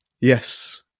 Yes